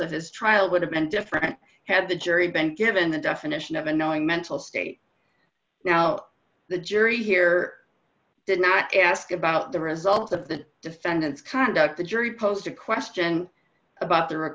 of his trial would have been different had the jury been given the definition of unknowing mental state now the jury here did not ask about the results of the defendant's conduct the jury posed a question about the